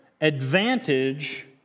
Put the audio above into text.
advantage